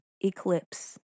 eclipse